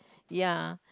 ya